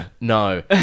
No